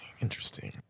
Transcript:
interesting